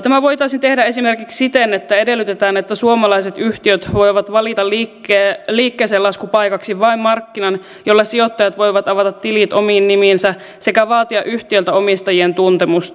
tämä voitaisiin tehdä esimerkiksi siten että edellytetään että suomalaiset yhtiöt voivat valita liikkeellelaskupaikaksi vain markkinan jolla sijoittajat voivat avata tilit omiin nimiinsä sekä vaaditaan yhtiöiltä omistajien tuntemusta